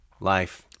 life